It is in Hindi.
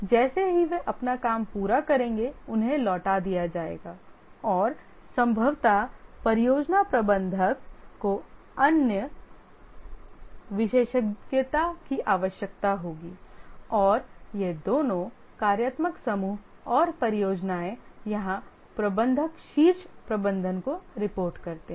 जैसे ही वे अपना काम पूरा करेंगे उन्हें लौटा दिया जाएगाऔर संभवत परियोजना प्रबंधक को अन्य विशेषज्ञता की आवश्यकता होगी और यहां दोनों कार्यात्मक समूह और परियोजनाएं यहां प्रबंधक शीर्ष प्रबंधन को रिपोर्ट करते हैं